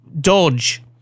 dodge